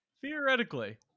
Theoretically